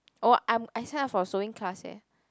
oh I'm I sign up for sewing class eh